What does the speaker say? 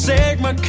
Sigma